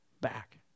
back